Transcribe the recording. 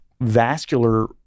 vascular